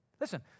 Listen